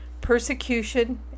Persecution